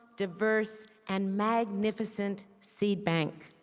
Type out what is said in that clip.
diverse and magnificent seed bank.